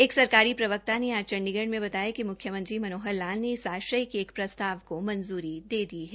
एक सरकारी प्रवक्ता ने आज चंडीगढ़ में बताया कि मुख्यमंत्री मनोहर लाल ने आज इस आश्य के एक प्रसताव को मंजूरी दे दी है